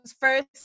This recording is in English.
first